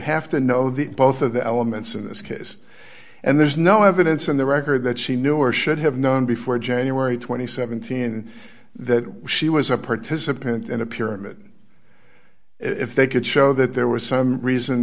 have to know that both of the elements in this case and there's no evidence in the record that she knew or should have known before january th in that she was a participant in a pyramid if they could show that there was some reason